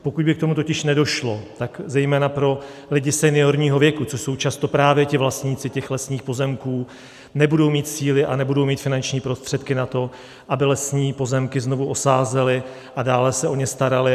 Pokud by k tomu totiž nedošlo, tak zejména pro lidi seniorního věku, což jsou často právě vlastníci těch lesních pozemků, nebudou mít síly a nebudou mít finanční prostředky na to, aby lesní pozemky znovu osázeli a dále se o ně starali.